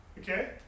Okay